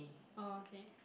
oh okay